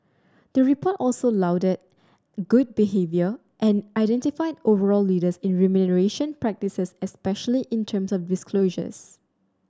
the report also lauded good behaviour and identified overall leaders in remuneration practices especially in terms of disclosure